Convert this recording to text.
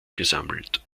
gesammelt